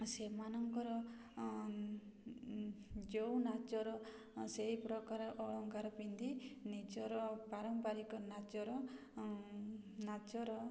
ସେମାନଙ୍କର ଯୋଉ ନାଚର ସେଇପ୍ରକାର ଅଳଙ୍କାର ପିନ୍ଧି ନିଜର ପାରମ୍ପାରିକ ନାଚର